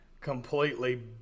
completely